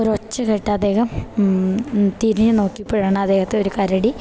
ഒരു ഒച്ച കേട്ട അദ്ദേഹം തിരിഞ്ഞു നോക്കിയപ്പോഴാണ് അദ്ദേഹത്തെ ഒരു കരടി